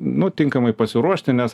nu tinkamai pasiruošti nes